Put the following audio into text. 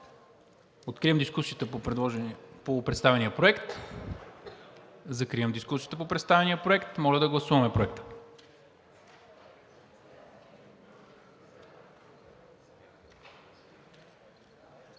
Закривам дискусията по представения проект. Моля да го гласуваме.